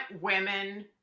women